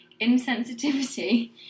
insensitivity